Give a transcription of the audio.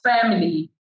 family